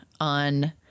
on